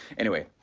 anyway,